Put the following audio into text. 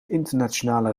internationale